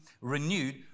renewed